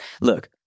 look